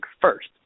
first